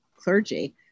clergy